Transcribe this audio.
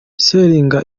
seninga